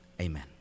Amen